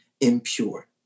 impure